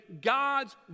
God's